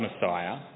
Messiah